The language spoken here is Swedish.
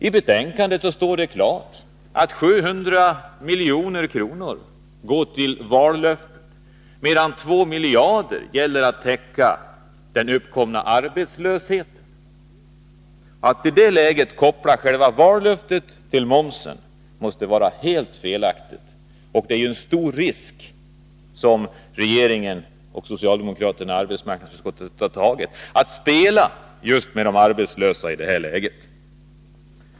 I betänkandet står det klart uttryckt att 700 milj.kr. går till det som omfattas av vallöftena medan 2 miljarder är avsedda att täcka kostnader som förorsakats av den uppkomna ökade arbetslösheten. Att i det läget koppla själva vallöftet till momsen måste vara helt felaktigt, och regeringen och socialdemokraterna i arbetsmarknadsutskottet tar en stor risk när de spelar med de arbetslösa.